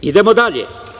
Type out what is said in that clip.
Idemo dalje.